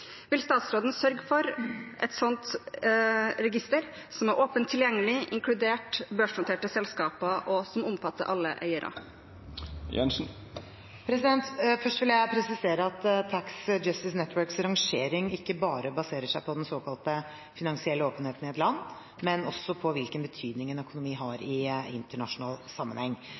Vil statsråden sørge for et slikt register som er åpent tilgjengelig, inkluderer børsnoterte selskaper og omfatter alle eiere?» Først vil jeg presisere at Tax Justice Networks rangering ikke bare baserer seg på den såkalte finansielle åpenheten i et land, men også på hvilken betydning en økonomi har i internasjonal sammenheng.